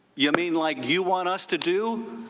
you mean like you want us to do?